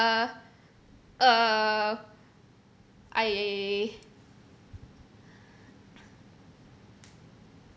uh err I